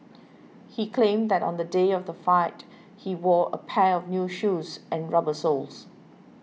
he claimed that on the day of the fight he wore a pair of new shoes and rubber soles